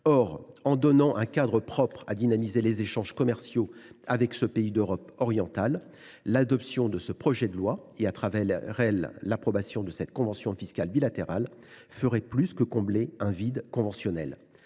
Or, en fixant un cadre propre à dynamiser les échanges commerciaux avec ce pays d’Europe orientale, l’adoption de ce projet de loi et, à travers elle, l’approbation de cette convention fiscale bilatérale feraient plus que combler un vide conventionnel.